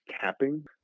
capping